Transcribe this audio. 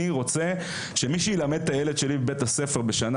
אני רוצה שמי שילמד את הילד שלי בבית הספר בשנה